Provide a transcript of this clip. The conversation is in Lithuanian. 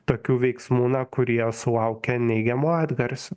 tokių veiksmų na kurie sulaukia neigiamo atgarsio